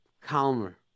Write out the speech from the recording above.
calmer